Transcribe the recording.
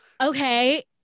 Okay